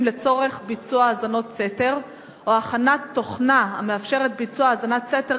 לצורך ביצוע האזנות סתר או הכנת תוכנה המאפשרת ביצוע האזנת סתר,